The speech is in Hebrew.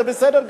זה בסדר גמור,